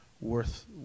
worth